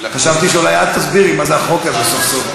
חשבתי שאולי את תסבירי מה זה החוק הזה סוף-סוף,